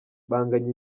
banganya